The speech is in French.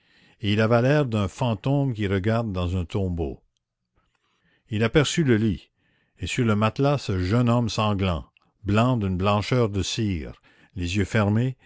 et il avait l'air d'un fantôme qui regarde dans un tombeau il aperçut le lit et sur le matelas ce jeune homme sanglant blanc d'une blancheur de cire les yeux fermés